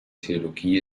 theologie